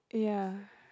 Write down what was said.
yeah